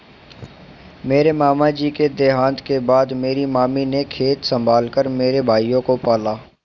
मेरे मामा जी के देहांत के बाद मेरी मामी ने खेत संभाल कर मेरे भाइयों को पाला